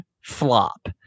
flop